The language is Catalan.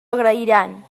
agrairan